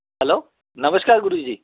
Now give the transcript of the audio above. hello नमस्कार गुरुजी